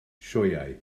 sioeau